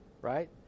right